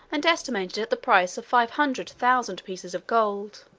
and estimated at the price of five hundred thousand pieces of gold.